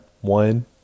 one